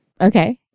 okay